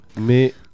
Mais